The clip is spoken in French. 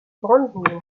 brandebourg